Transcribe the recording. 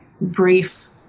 brief